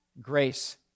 grace